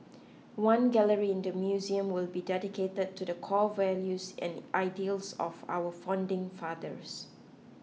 one gallery in the museum will be dedicated to the core values and ideals of our founding fathers